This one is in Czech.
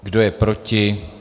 Kdo je proti?